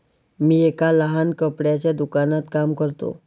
मी एका लहान कपड्याच्या दुकानात काम करतो